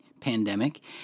pandemic